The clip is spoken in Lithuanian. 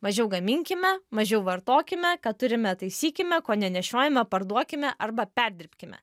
mažiau gaminkime mažiau vartokime ką turime taisykime ko nenešiojame parduokime arba perdirbkime